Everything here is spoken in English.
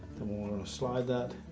slide that